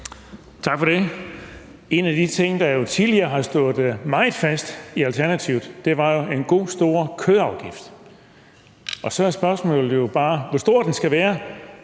Tak for det. En af de ting, der jo tidligere har stået meget fast i Alternativet, var en god, stor kødafgift. Så er spørgsmålet jo bare, hvor stor den skal være,